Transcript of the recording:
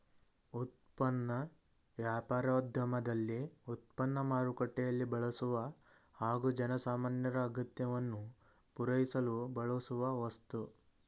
ಉತ್ಪನ್ನ ವ್ಯಾಪಾರೋದ್ಯಮದಲ್ಲಿ ಉತ್ಪನ್ನ ಮಾರುಕಟ್ಟೆಯಲ್ಲಿ ಬಳಸುವ ಹಾಗೂ ಜನಸಾಮಾನ್ಯರ ಅಗತ್ಯವನ್ನು ಪೂರೈಸಲು ಬಳಸುವ ವಸ್ತು